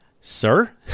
sir